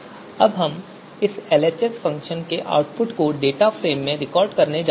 अब हम इस एलएचएस फ़ंक्शन के आउटपुट को डेटा फ्रेम में रिकॉर्ड करने जा रहे हैं